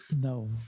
No